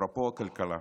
אפרופו כלכלה,